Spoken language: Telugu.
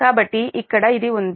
కాబట్టి ఇక్కడ ఇది ఉంది